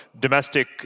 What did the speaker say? domestic